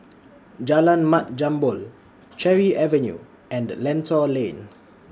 Jalan Mat Jambol Cherry Avenue and Lentor Lane